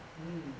mm